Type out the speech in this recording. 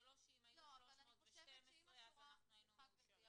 זה לא שאם היו 312 אז אנחנו היינו מאושרים.